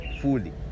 fully